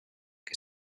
que